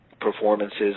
performances